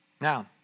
Now